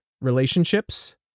relationships